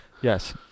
Yes